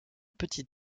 petit